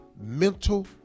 Mental